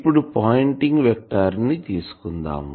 ఇప్పుడు pointing vector ని తీసుకుందాం